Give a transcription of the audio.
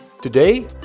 Today